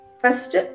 first